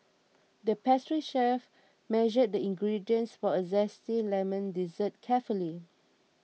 the pastry chef measured the ingredients for a Zesty Lemon Dessert carefully